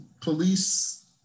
police